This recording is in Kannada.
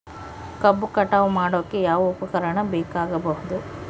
ಕಬ್ಬು ಕಟಾವು ಮಾಡೋಕೆ ಯಾವ ಉಪಕರಣ ಬೇಕಾಗಬಹುದು?